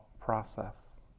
process